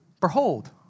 Behold